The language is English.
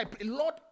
Lord